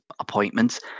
appointments